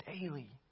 daily